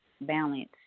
balance